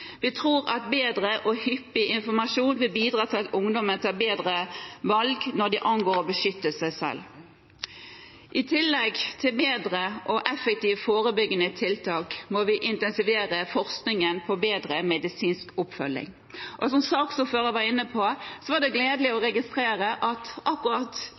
Vi tror at bedre og hyppig informasjon vil bidra til at ungdommen tar bedre valg når det angår det å beskytte seg selv. I tillegg til bedre og effektivt forebyggende tiltak må vi intensivere forskningen på bedre medisinsk oppfølging. Som saksordføreren var inne på, var det gledelig å registrere at akkurat